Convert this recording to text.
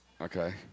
Okay